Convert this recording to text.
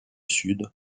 sud